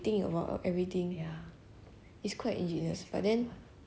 a bit sadistic ya those that put them through these kind of things